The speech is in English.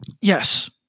Yes